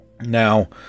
Now